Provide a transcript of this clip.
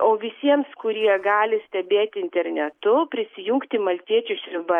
o visiems kurie gali stebėti internetu prisijungti maltiečių sriuba